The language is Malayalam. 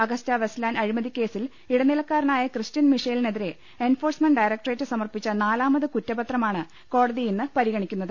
അഗസ്റ്റ വെസ്റ്റ്ലാൻഡ് അഴിമതിക്കേസിൽ ഇടനിലക്കാരനായ ക്രിസ്റ്റ്യൻ മിഷേലിനെതിരെ എൻഫോഴ്സ് മെൻറ് ഡയറ്ക്ടറേറ്റ് സമർപ്പിച്ച നാലാമത് കുറ്റപത്രമാണ് കോട്ടതി ഇന്ന് പരിഗണിക്കുന്നത്